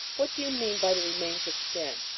what do you mean by the remains of sin?